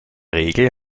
regel